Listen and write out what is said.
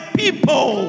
people